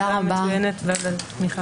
הישיבה ננעלה בשעה